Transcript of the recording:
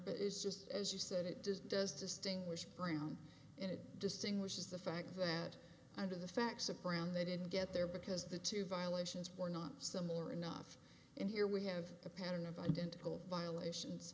bit is just as you said it does does distinguish brown and it distinguishes the fact that under the facts of brown they didn't get there because the two violations were not similar enough and here we have a pattern of identical violations